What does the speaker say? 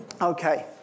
Okay